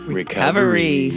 recovery